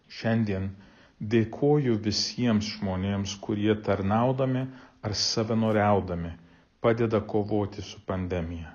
šiandien dėkoju visiems žmonėms kurie tarnaudami ar savanoriaudami padeda kovoti su pandemija